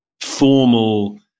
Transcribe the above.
formal